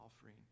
Offering